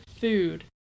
food